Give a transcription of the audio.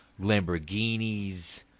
Lamborghinis